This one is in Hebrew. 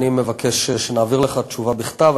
ואני מבקש שנעביר לך את התשובה בכתב.